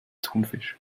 thunfisch